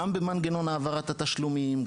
גם במנגנון העברת התשלומים,